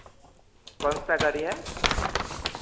कौनसा गाड़ी है